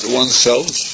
oneself